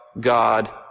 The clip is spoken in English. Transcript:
God